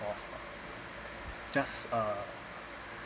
of a just uh